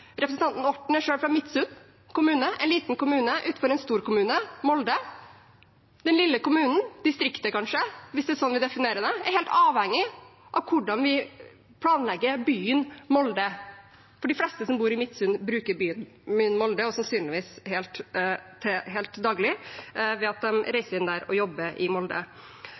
Representanten Orten er selv fra Midsund kommune, en liten kommune utenfor en stor kommune, Molde. Den lille kommunen, distriktet kanskje, hvis det er sånn vi definerer det, er helt avhengig av hvordan vi planlegger byen Molde, for de fleste som bor i Midsund, bruker byen Molde, sannsynligvis daglig, ved at de reiser inn dit og jobber. Mer tog vil også Miljøpartiet De Grønne ha, mer penger til kollektiv også i